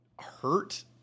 hurt